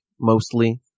mostly